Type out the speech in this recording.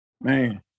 man